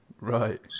Right